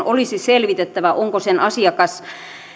olisi selvitettävä onko sen asiakas